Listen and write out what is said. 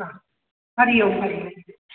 हा हरिओम हरिओम